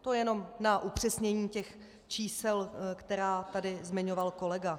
To jenom na upřesnění těch čísel, která tady zmiňoval kolega.